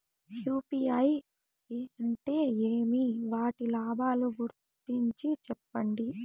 UPI అంటే ఏమి? వాటి లాభాల గురించి సెప్పండి?